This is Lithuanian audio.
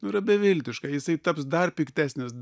nu yra beviltiška jisai taps dar piktesnis